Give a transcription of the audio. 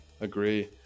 agree